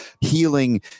healing